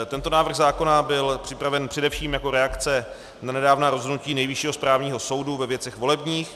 Tento návrh zákona byl připraven především jako reakce na nedávná rozhodnutí Nejvyššího správního soudu ve věcech volebních.